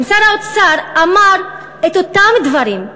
אם שר האוצר היה אומר את אותם דברים,